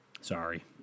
Sorry